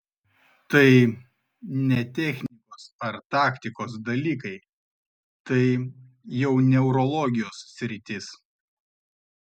tai ne technikos ar taktikos dalykai tai jau neurologijos sritis